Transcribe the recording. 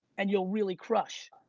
and you'll really crush.